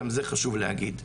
גם זה חשוב להגיד.